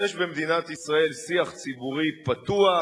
יש במדינת ישראל שיח ציבורי פתוח,